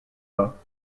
pas